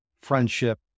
friendship